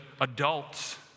adults